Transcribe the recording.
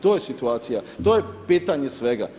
To je situacija, to je pitanje svega.